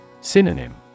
Synonym